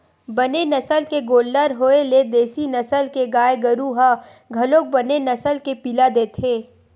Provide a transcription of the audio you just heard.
बने नसल के गोल्लर होय ले देसी नसल के गाय गरु ह घलोक बने नसल के पिला देथे